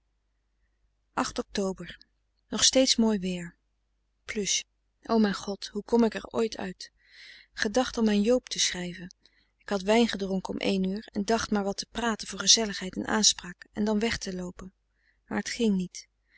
nog steeds mooi weer o mijn god hoe kom ik er ooit uit gedacht om aan joob te schrijven ik had wijn gedronken om één uur en dacht maar wat te praten voor gezelligheid en aanspraak en dan weg te loopen maar het ging niet